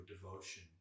devotion